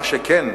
מה שכן,